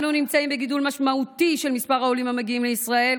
אנו נמצאים בגידול משמעותי של מספר העולים המגיעים לישראל,